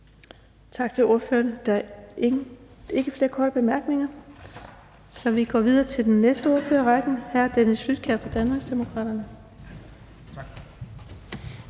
Tak til ordføreren. Der er ikke flere korte bemærkninger, så vi går videre til den næste ordfører i rækken, hr. Dennis Flydtkjær fra Danmarksdemokraterne. Kl.